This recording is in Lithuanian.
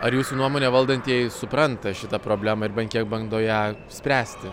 ar jūsų nuomone valdantieji supranta šitą problemą ir bent kiek bando ją spręsti